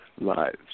lives